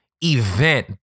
event